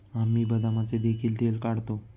आम्ही बदामाचे देखील तेल काढतो